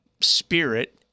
spirit